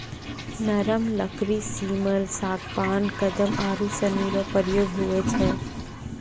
नरम लकड़ी सिमल, सागबान, कदम आरू सनी रो प्रयोग हुवै छै